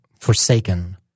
forsaken